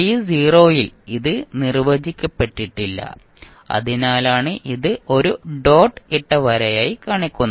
ൽ ഇത് നിർവചിക്കപ്പെട്ടിട്ടില്ല അതിനാലാണ് ഇത് ഒരു ഡോട്ട് ഇട്ട വരയായി കാണിക്കുന്നത്